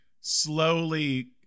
slowly